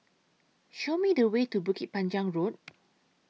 Show Me The Way to Bukit Panjang Road